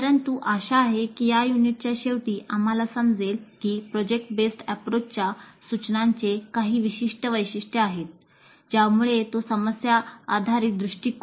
परंतु आशा आहे की या युनिटच्यानसतो